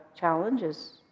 challenges